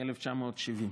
מ-1970.